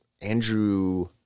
Andrew